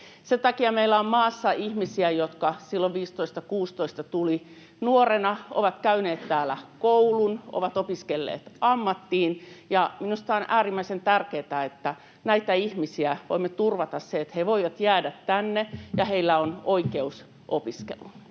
Sen takia meillä on maassa ihmisiä, jotka silloin 15—16 tulivat nuorena, ovat käyneet täällä koulun, ovat opiskelleet ammattiin, ja minusta on äärimmäisen tärkeätä, että näille ihmisille voimme turvata sen, että he voivat jäädä tänne ja heillä on oikeus opiskeluun.